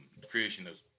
creationism